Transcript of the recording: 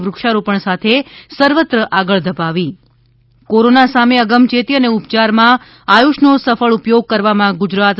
વૃક્ષારોપણ સાથે સર્વત્ર આગળ ધપાવી કોરોના સામે અગમચેતી અને ઉપચારમાં આયુષ નો સફળ ઉપયોગ કરવામાં ગુજરાત